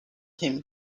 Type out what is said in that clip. him